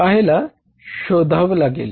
पल्याला शोधावे लागेल